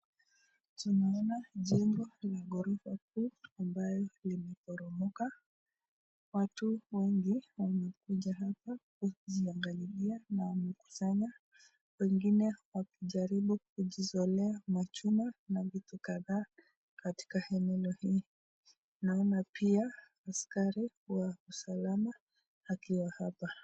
Tunaona jengo la ghorofa kuu ambayo limeporomoka, watu wengi wamekuja hapa kujiangalilia na wamekusanya, wengine wakijaribu kujizolea machuma na vitu kadhaa katika eneo hii, naona pia askari wa usalama akiwa hapa.